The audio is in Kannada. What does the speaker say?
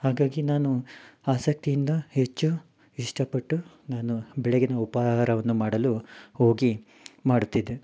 ಹಾಗಾಗಿ ನಾನು ಆಸಕ್ತಿಯಿಂದ ಹೆಚ್ಚು ಇಷ್ಟಪಟ್ಟು ನಾನು ಬೆಳಗಿನ ಉಪಹಾರವನ್ನು ಮಾಡಲು ಹೋಗಿ ಮಾಡುತ್ತಿದ್ದೆ